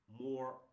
more